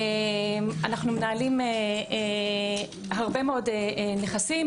אנו מנהלים הרבה מאוד נכסים,